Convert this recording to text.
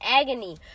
agony